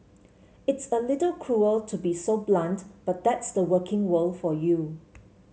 it's a little cruel to be so blunt but tha's the working world for you